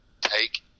take